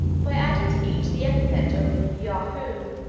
by adding to each the epithet of yahoo.